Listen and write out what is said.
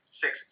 six